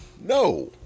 No